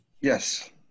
Yes